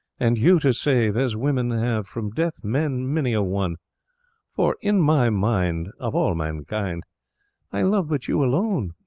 and you to save as women have from death men many a one for, in my mind, of all mankind i love but you alone.